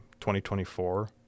2024